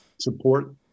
support